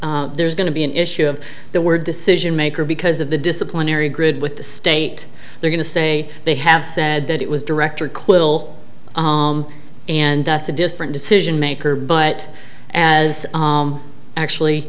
have there's going to be an issue of the word decision maker because of the disciplinary grid with the state they're going to say they have said that it was director quill and it's a different decision maker but as actually